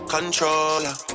Controller